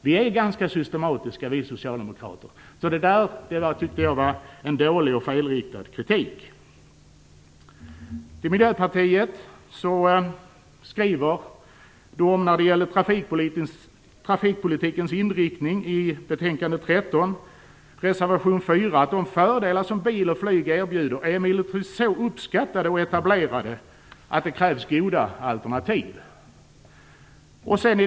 Vi är ganska systematiska, vi socialdemokrater. Jag tyckte att kritiken var dålig och felriktad. Miljöpartiet skriver när det gäller trafikpolitikens inriktning i betänkande 13 reservation 4 att de fördelar som bil och flyg erbjuder emellertid är så uppskattade och etablerade att det krävs goda alternativ.